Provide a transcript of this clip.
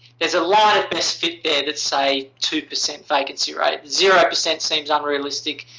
there's a line of best fit there that say two percent vacancy rate. zero percent seems unrealistic.